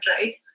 right